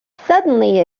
suddenly